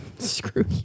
Screw